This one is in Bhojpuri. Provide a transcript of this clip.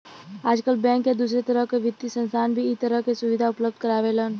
आजकल बैंक या दूसरे तरह क वित्तीय संस्थान भी इ तरह क सुविधा उपलब्ध करावेलन